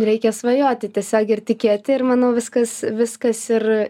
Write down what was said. reikia svajoti tiesiog ir tikėti ir manau viskas viskas ir